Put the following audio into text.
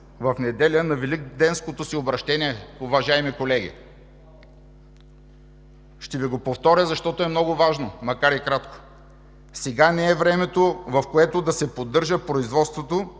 в неделя на Великденското си обръщение, уважаеми колеги. Ще Ви го повторя, защото е много важно, макар и кратко: сега не е времето, в което да се продължи производството